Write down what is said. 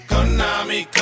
Konami